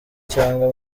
cyangwa